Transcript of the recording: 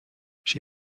she